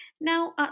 Now